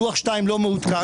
לוח 2 של הבנייה לא מעודכן,